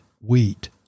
wheat